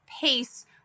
pace